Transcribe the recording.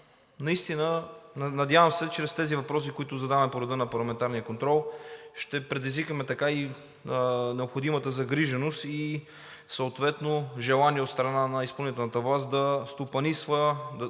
Наистина се надявам, че чрез тези въпроси, които задаваме по реда на парламентарния контрол, ще предизвикаме така необходимата загриженост и съответно желание от страна на изпълнителната власт да стопанисва, да